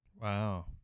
Wow